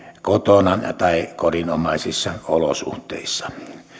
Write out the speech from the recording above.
kotona tai kodinomaisissa olosuhteissa